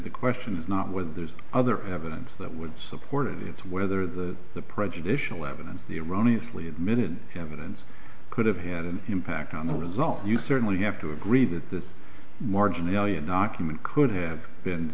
the question is not whether there's other evidence that would support it it's whether the the prejudicial evidence the erroneous lee admitted evidence could have had an impact on the result you certainly have to agree that this marginalia document could have been